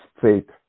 faith